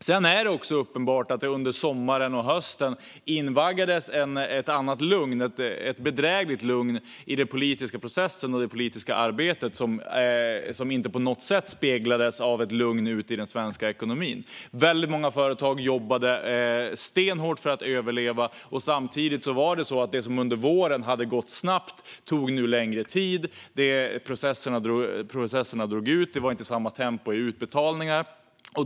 Det är också uppenbart att man under sommaren och hösten invaggades i ett annat lugn, ett bedrägligt lugn i den politiska processen och det politiska arbetet som inte på något sätt motsvarades av ett lugn ute i den svenska ekonomin. Väldigt många företag arbetade stenhårt för att överleva. Samtidigt var det så att det som under våren hade gått snabbt tog längre tid. Processerna drog ut på tiden, och det var inte samma tempo i utbetalningarna.